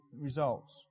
results